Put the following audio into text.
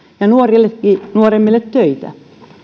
ja nuoremmille töitä